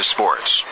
Sports